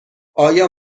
آیا